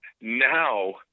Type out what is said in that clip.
now